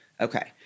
Okay